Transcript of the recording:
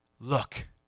look